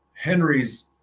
Henry's